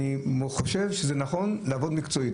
אני חושב שזה נכון לעבוד מקצועית,